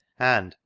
and,